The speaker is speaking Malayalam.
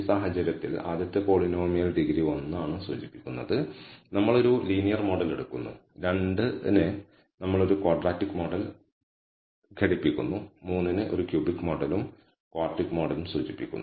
ഈ സാഹചര്യത്തിൽ ആദ്യത്തെ പോളിനോമിയൽ ഡിഗ്രി 1 ആണ് സൂചിപ്പിക്കുന്നത് നമ്മൾ ഒരു ലീനിയർ മോഡൽ എടുക്കുന്നു 2 ന് നമ്മൾ ഒരു ക്വാഡ്രാറ്റിക് മോഡൽ ഘടിപ്പിക്കുന്നു 3 ന് ഒരു ക്യൂബിക് മോഡലും ക്വാർട്ടിക് മോഡലും സൂചിപ്പിക്കുന്നു